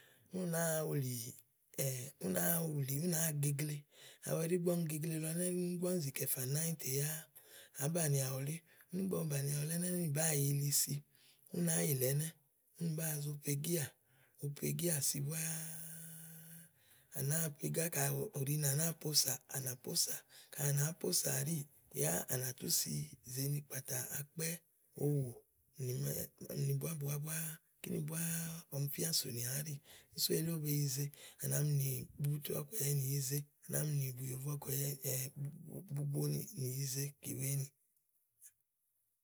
Ú nàáa wùlì ú nàáa wuli ú nàáa gegle, awu ɛdí ígbɔ uni gegle awu ɛdí ígbɔ úni zì kɛ̀ fà nɛ̀ ányi tè yá, àá banìià wylé ígbɔ ɔwɔ bànià wúlé úni bàáa yì yili si ú náa yìlè ɛnɛ́, úni bàáa zo po igíà, po pegíà si búáá à nàáa po igá kayi ù ɖi ni à nàáa posà ànà posà kayi à nàáá pósà ɛɖíì yá à nà tú si zèe ni kpàtà akpɛ̀ owò nimè nì búá búáá búá kíni búá ɔmi fíà sònìà àáɖì sú elí ówó be yize àminì be nì bubutu ɔ̀kèɛ̀yɛ nì yize àminì bùyòvoe ɔ̀kùɛ̀yɛ nì bubo ye nì yize ke wini.